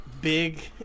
big